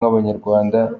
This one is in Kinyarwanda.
nk’abanyarwanda